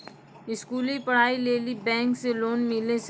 स्कूली पढ़ाई लेली बैंक से लोन मिले सकते?